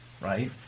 Right